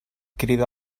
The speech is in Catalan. crida